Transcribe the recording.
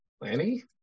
Lanny